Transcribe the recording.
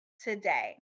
today